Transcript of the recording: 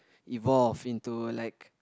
evolved into like